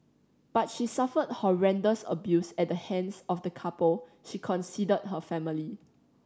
but she suffered horrendous abuse at the hands of the couple she considered her family